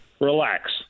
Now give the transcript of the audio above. Relax